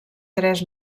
tres